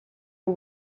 you